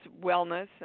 wellness